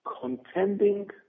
contending